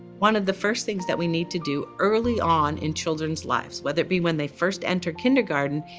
one of the first things that we need to do early on in children's lives, whether it be when they first enter kindergarten,